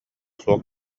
суох